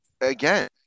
again